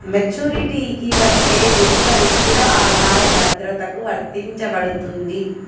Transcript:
మెచ్యూరిటీకి వచ్చే దిగుబడి స్థిర ఆదాయ భద్రతకు వర్తించబడుతుంది